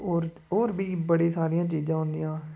होर होर बी बड़ी सारियां चीजां होंदियां